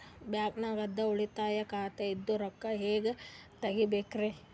ಬ್ಯಾಂಕ್ದಾಗ ಉಳಿತಾಯ ಖಾತೆ ಇಂದ್ ರೊಕ್ಕ ಹೆಂಗ್ ತಗಿಬೇಕ್ರಿ?